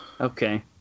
Okay